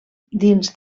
dins